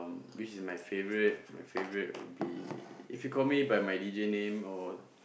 which is my favourite my favourite would be if you call me by my D_J name or